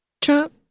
Trump